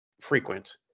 frequent